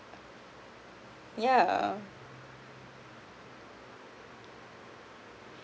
yeah